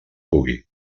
pugui